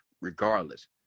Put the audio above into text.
regardless